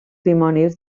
dimonis